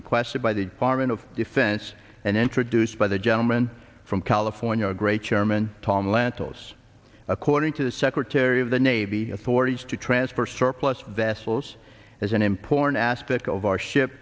requested by the department of defense and introduced by the gentleman from california great chairman tom lantos according to the secretary of the navy authorities to transfer surplus vessels as an important aspect of our ship